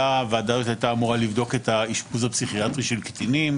הייתה אמורה לבדוק את האשפוז הפסיכיאטרי של קטינים,